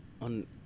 on